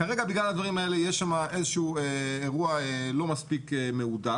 כרגע בגלל הדברים האלה יש שמה איזשהו אירוע לא מספיק מהודק.